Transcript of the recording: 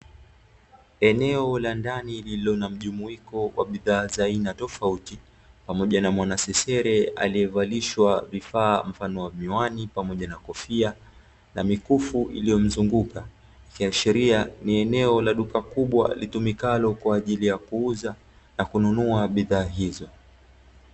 Eneo la ndani lililo namjumuiko wa bidhaa za aina tofauti pamoja na mwanasesele aliyevalishwa vifaa mfano wa miwani, pamoja na kofia, na mikufu iliyomzunguka ikiashiria ni eneo la duka kubwa litumikalo kwa ajili ya kuuza na kununua bidhaa hizo.